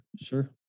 sure